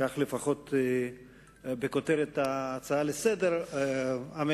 כך לפחות בכותרת ההצעה לסדר-היום,